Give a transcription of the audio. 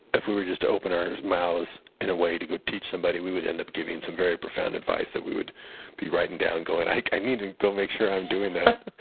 if we were just to open our mouths in a way to go teach somebody, we would end up giving some very profound advice that we would be writing down, going, i need to make sure i'm doing that.